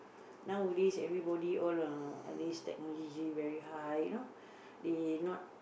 nowadays everybody all uh what uh this technology very high you know they not